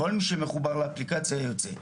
כל מי שמחובר לאפליקציה יוצא,